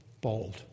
bold